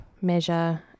measure